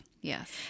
Yes